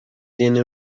tiene